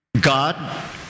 God